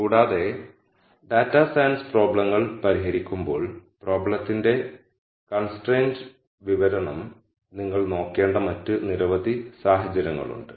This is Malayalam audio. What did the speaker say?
കൂടാതെ ഡാറ്റാ സയൻസ് പ്രോബ്ളങ്ങൾ പരിഹരിക്കുമ്പോൾ പ്രോബ്ളത്തിന്റെ കൺസ്ട്രൈന്റു വിവരണം നിങ്ങൾ നോക്കേണ്ട മറ്റ് നിരവധി സാഹചര്യങ്ങളുണ്ട്